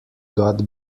got